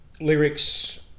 lyrics